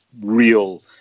real